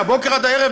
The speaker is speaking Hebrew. מהבוקר עד הערב,